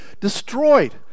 destroyed